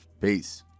Peace